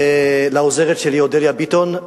לעוזרת שלי אודליה ביטון,